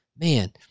man